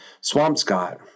Swampscott